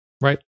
Right